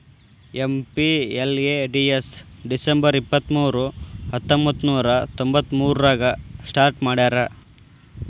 MPLADS December ಇಪ್ಪತ್ಮೂರು ಹತ್ತೊಂಬಂತ್ತನೂರ ತೊಂಬತ್ತಮೂರಾಗ ಸ್ಟಾರ್ಟ್ ಮಾಡ್ಯಾರ